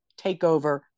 takeover